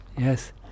yes